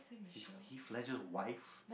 Heath Heath-Ledger's wife